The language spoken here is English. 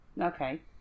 Okay